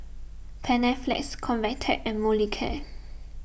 Panaflex Convatec and Molicare